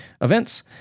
Events